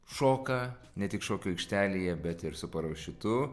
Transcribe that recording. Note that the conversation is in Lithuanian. šoka ne tik šokių aikštelėje bet ir su parašiutu